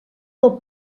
del